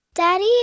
Daddy